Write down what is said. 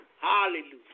Hallelujah